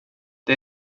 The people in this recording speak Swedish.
det